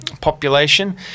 population